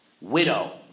widow